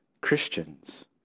Christians